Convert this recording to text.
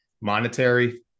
monetary